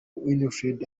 winfred